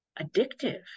addictive